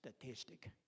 Statistic